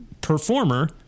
performer